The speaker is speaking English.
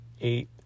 eight